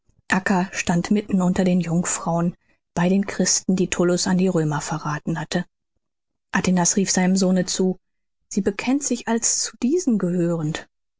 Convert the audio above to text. stand mitten unter den jungfrauen bei den christen die tullus an die römer verrathen hatte atinas rief seinem sohne zu sie bekennt sich als zu diesen gehörend